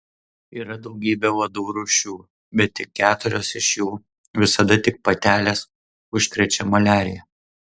yra daugybė uodų rūšių bet tik keturios iš jų visada tik patelės užkrečia maliarija